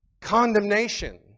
Condemnation